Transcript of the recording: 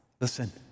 listen